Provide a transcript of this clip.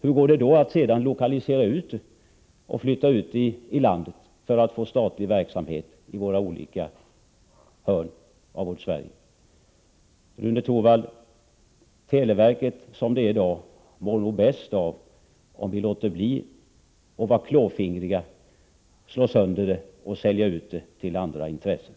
Hur går det då att sedan flytta ut den i landet för att få till stånd statlig verksamhet i vårt lands alla hörn? Rune Torwald! Televerket som det är i dag mår nog bäst av att vi låter bli att vara klåfingriga och slå sönder det och sälja ut det till andra intressen.